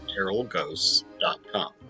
terrellghosts.com